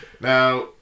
Now